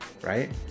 right